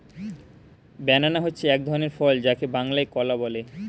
banana হচ্ছে এক ধরনের ফল যাকে বাংলায় কলা বলে